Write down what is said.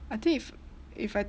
I think if if I